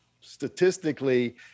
statistically